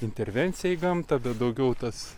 intervencija į gamtą bet daugiau tas